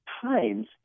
times